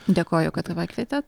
dėkoju kad pakvietėt